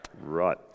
right